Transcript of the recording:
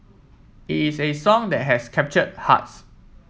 it is a song that has captured hearts